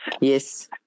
Yes